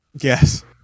Yes